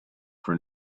for